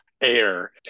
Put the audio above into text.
air